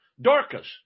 Dorcas